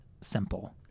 simple